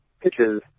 pitches